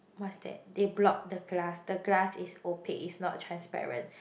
what's that they block the glass the glass is opaque it's not transparent